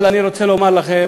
אבל אני רוצה לומר לכם,